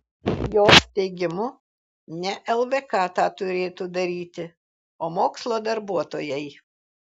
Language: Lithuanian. jos teigimu ne lvk tą turėtų daryti o mokslo darbuotojai